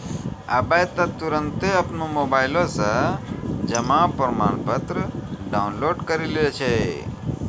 आबै त तुरन्ते अपनो मोबाइलो से जमा प्रमाणपत्र डाउनलोड करि लै छै